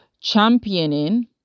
championing